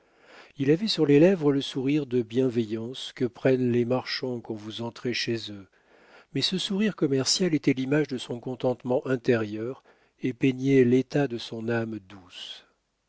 il avait sur les lèvres le sourire de bienveillance que prennent les marchands quand vous entrez chez eux mais ce sourire commercial était l'image de son contentement intérieur et peignait l'état de son âme douce